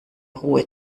ruhe